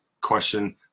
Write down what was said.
question